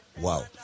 Wow